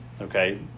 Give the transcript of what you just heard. okay